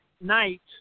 night